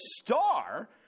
star